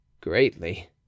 Greatly